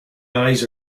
eyes